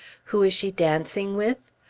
who is she dancing with?